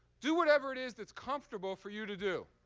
do whatever it is that's comfortable for you to do,